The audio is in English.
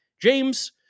James